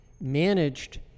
managed